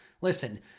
Listen